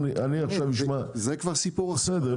זה כבר סיפור אחר.